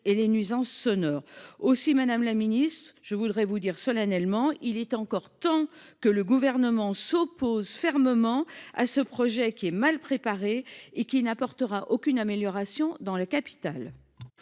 et les nuisances sonores. Madame la ministre, je veux vous dire solennellement ceci : il est encore temps que le Gouvernement s’oppose fermement à ce projet mal préparé, qui n’apportera aucune amélioration dans la capitale